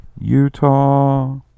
Utah